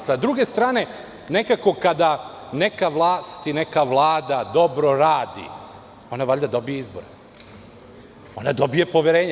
S druge strane, nekako kada neka vlast i neka vlada dobro radi, ona valjda dobija izbore, dobija poverenje.